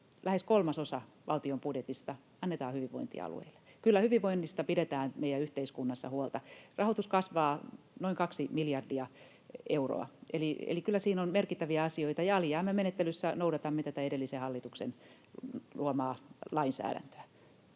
lähes kolmasosa valtion budjetista annetaan hyvinvointialueille. Kyllä hyvinvoinnista pidetään meidän yhteiskunnassa huolta. Rahoitus kasvaa noin kaksi miljardia euroa, eli kyllä siinä on merkittäviä asioita. Ja alijäämämenettelyssä noudatamme edellisen hallituksen luomaa lainsäädäntöä.